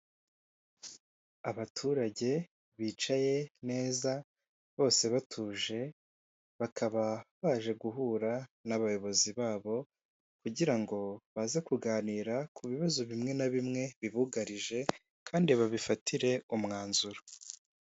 Abaturage bicaye neza bose batuje, bakaba baje guhura n'abayobozi babo, kugira ngo baze kuganira ku bibazo bimwe na bimwe bibugarije, kandi babifatire umwanzuro.